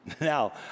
Now